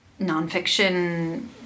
nonfiction